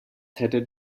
hättet